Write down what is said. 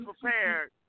prepared